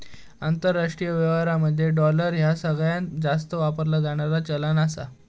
आंतरराष्ट्रीय व्यवहारांमध्ये डॉलर ह्या सगळ्यांत जास्त वापरला जाणारा चलान आहे